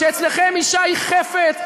כשאצלכם אישה היא חפץ,